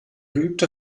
geübte